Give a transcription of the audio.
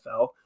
NFL